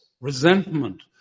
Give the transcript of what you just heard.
resentment